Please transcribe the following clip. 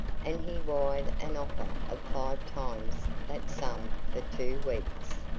and he wired an offer of five times that sum for two weeks.